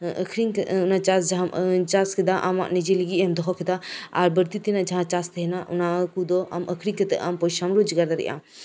ᱟᱠᱷᱨᱤᱧ ᱠᱮᱫᱟ ᱚᱱᱟ ᱪᱟᱥ ᱡᱟᱸᱦᱟᱢ ᱪᱟᱥ ᱠᱮᱫᱟ ᱟᱢᱟᱜ ᱱᱤᱡᱮ ᱞᱟᱹᱜᱤᱫ ᱮᱢ ᱫᱚᱦᱚ ᱠᱮᱫᱟ ᱟᱨ ᱵᱟᱹᱲᱛᱤ ᱛᱮᱱᱟᱜ ᱡᱟᱸᱦᱟ ᱪᱟᱥ ᱛᱟᱸᱦᱮᱱᱟ ᱚᱱᱟ ᱠᱚᱫᱚ ᱟᱠᱷᱨᱤᱧ ᱠᱟᱛᱮᱜ ᱟᱢ ᱯᱚᱭᱥᱟᱢ ᱨᱳᱡᱜᱟᱨ ᱫᱥᱟᱲᱮᱭᱟᱜᱼᱟ